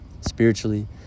spiritually